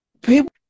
people